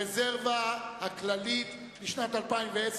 הרזרבה הכללית לשנת 2010,